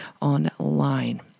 online